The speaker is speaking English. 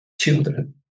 children